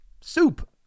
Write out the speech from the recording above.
soup